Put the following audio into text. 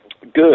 Good